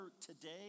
today